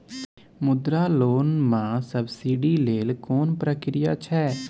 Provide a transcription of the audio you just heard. मुद्रा लोन म सब्सिडी लेल कोन प्रक्रिया छै?